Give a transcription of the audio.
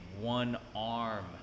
one-arm